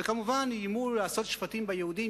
וכמובן, איימו לעשות שפטים ביהודים.